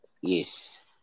yes